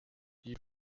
die